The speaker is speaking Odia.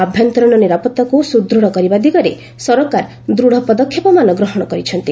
ଆଭ୍ୟନ୍ତରୀଣ ନିରାପତ୍ତାକୁ ସୁଦୃଢ଼ କରିବା ଦିଗରେ ସରକାର ଦୃଢ଼ ପଦକ୍ଷେପମାନ ଗ୍ରହଣ କରିଛନ୍ତି